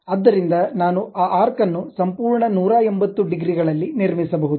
ಆದ್ದರಿಂದ ನಾನು ಆ ಆರ್ಕ್ ಅನ್ನು ಸಂಪೂರ್ಣ 180 ಡಿಗ್ರಿಗಳಲ್ಲಿ ನಿರ್ಮಿಸಬಹುದು